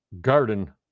garden